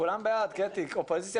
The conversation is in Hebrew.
כולם בעד, קטי, אופוזיציה